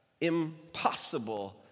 Impossible